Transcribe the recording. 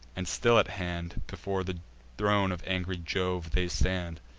and still at hand, before the throne of angry jove they stand,